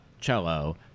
cello